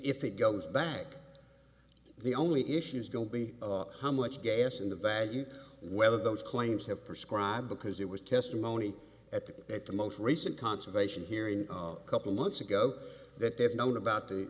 if it goes back the only issue is going to be how much gas in the value whether those claims have perscribe because it was testimony at the at the most recent conservation hearing a couple months ago that they have known about the